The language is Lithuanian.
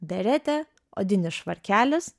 beretė odinis švarkelis